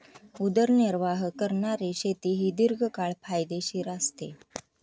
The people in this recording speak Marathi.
उदरनिर्वाह करणारी शेती ही दीर्घकाळ फायदेशीर असते